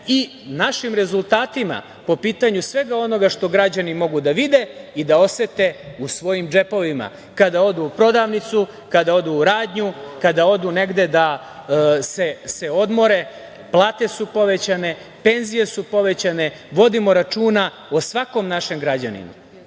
i našim rezultatima po pitanju svega onoga što građani mogu da vide i da osete u svojim džepovima, kada odu u prodavnicu, kada odu u radnju, kada odu negde da se odmore. Plate su povećane. Penzije su povećane. Vodimo računa o svakom našem građaninu,